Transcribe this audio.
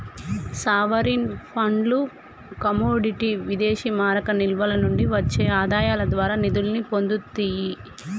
sovereign ఫండ్లు commodity విదేశీమారక నిల్వల నుండి వచ్చే ఆదాయాల ద్వారా నిధుల్ని పొందుతియ్యి